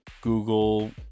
Google